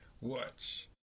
Watch